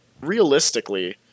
realistically